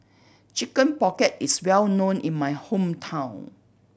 Chicken Pocket is well known in my hometown